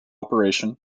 operation